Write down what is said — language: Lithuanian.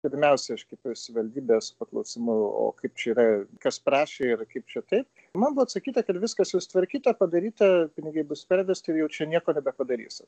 pirmiausia aš kaip savivaldybės paklausimų o kaip čia yra kas prašė ir kaip čia kaip man buvo atsakyta kad viskas jau sutvarkyta padaryta pinigai bus pervesti ir jau čia nieko nebepadarysi